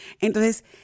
entonces